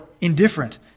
indifferent